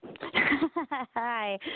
Hi